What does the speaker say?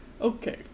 Okay